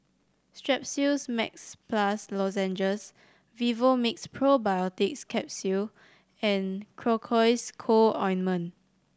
Strepsils Max Plus Lozenges Vivomixx Probiotics Capsule and Cocois Co Ointment